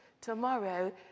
Tomorrow